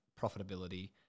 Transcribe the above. profitability